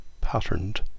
patterned